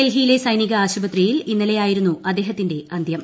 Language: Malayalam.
ഡൽഹിയിലെ സൈനിക ആശുപത്രിയിൽ ഇന്നലെയായിരുന്നു അദ്ദേഹത്തിന്റെ അന്ത്യം